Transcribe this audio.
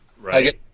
Right